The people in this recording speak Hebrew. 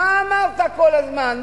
מה אמרת כל הזמן?